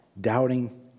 Doubting